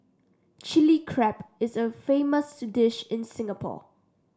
Chilli Crab is a famous dish in Singapore